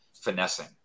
finessing